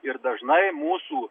ir dažnai mūsų